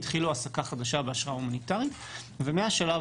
התחילו העסקה חדשה באשרה הומניטרית ומהשלב